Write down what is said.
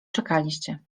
czekaliście